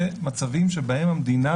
כובע המאסדר זה מצבים שבהם המדינה